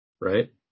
Right